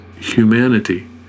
humanity